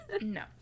no